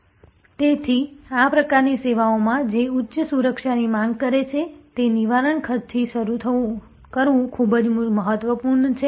તેથી આ પ્રકારની સેવાઓમાં જે ઉચ્ચ સુરક્ષાની માંગ કરે છે તે નિવારણ ખર્ચથી શરૂ કરવું ખૂબ જ મહત્વપૂર્ણ છે